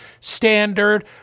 standard